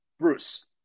Bruce